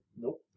Nope